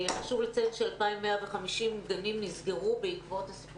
חשוב לציין ש-2,150 גנים נסגרו בעקבות משבר